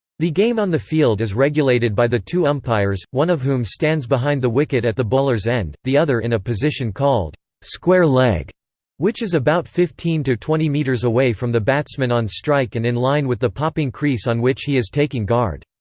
the game on the field is regulated by the two umpires, one of whom stands behind the wicket at the bowler's end, the other in a position called square leg which is about fifteen twenty metres away from the batsman on strike and in line with the popping crease on which he is taking guard.